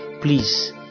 Please